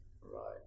Right